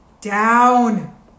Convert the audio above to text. down